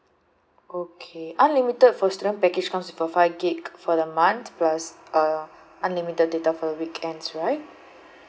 okay unlimited for student package comes with a five gig for the month plus uh unlimited data for the weekends right